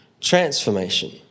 transformation